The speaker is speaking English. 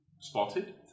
spotted